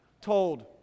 told